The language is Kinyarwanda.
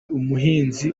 umuhinzi